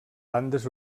bandes